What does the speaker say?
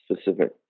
specific